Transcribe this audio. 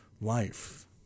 life